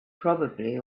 probably